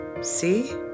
See